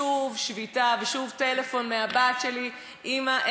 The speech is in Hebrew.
שוב שביתה ושוב טלפון מהבת שלי: אימא,